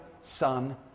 Son